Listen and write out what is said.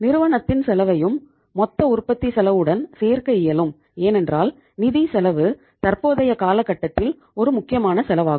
நிறுவனத்தின் செலவையும் மொத்த உற்பத்தி செலவுடன் சேர்க்க இயலும் ஏனென்றால் நிதி செலவு தற்போதைய காலகட்டத்தில் ஒரு முக்கியமான செலவாகும்